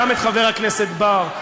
גם את חבר הכנסת בר,